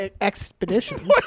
expedition